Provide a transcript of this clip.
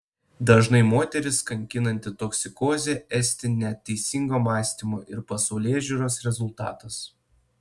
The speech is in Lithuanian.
dažnai moteris kankinanti toksikozė esti neteisingo mąstymo ir pasaulėžiūros rezultatas